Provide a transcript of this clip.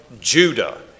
Judah